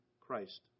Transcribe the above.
Christ